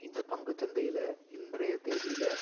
இந்த பங்குச்சந்தையில் இன்றைய தேதியில்